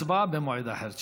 הצבעה במועד אחר.